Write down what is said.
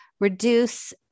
reduce